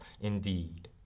indeed